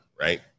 right